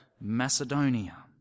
Macedonia